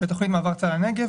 בתוכנית מעבר צה"ל לנגב,